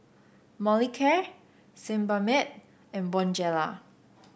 Molicare Sebamed and Bonjela